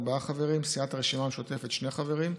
ארבעה חברים,